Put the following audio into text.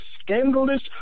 scandalous